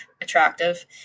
attractive